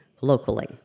locally